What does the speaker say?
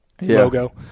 logo